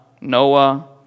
Noah